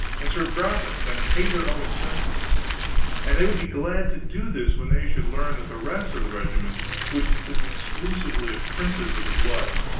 and serve gratis and pay their own expenses and they would be glad to do this when they should learn that the rest of the regiment would consist exclusively of princes of the blood.